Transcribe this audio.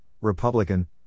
Republican